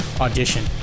Audition